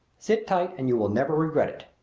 sit tight and you will never regret it.